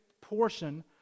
portion